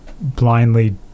blindly